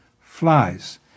flies